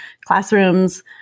classrooms